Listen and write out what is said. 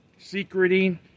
secreting